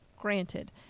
granted